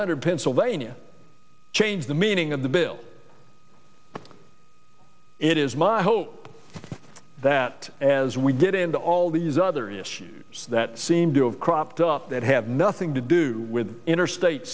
hundred pennsylvania change the meaning of the bill it is my hope that as we get into all these other issues that seem to have cropped up that have nothing to do with interstate